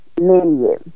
menu